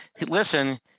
listen